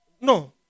no